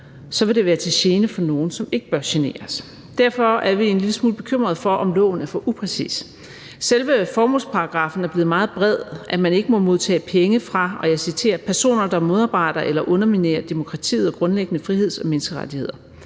vil det være til gene for nogle, som ikke bør generes. Derfor er vi en lille smule bekymret for, om lovforslaget er for upræcist. Selve formålet er blevet meget bredt formuleret, nemlig at man ikke må modtage penge fra – og jeg citerer – »personer, der modarbejder eller underminerer demokrati og grundlæggende friheds- og menneskerettigheder«.